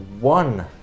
one